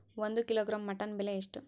ಒಂದು kilogram mutton ಬೆಲೆ ಎಷ್ಟ್?